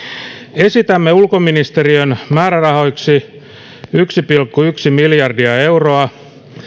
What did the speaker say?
esitämme ulkoministeriön määrärahoiksi yksi pilkku yksi miljardia euroa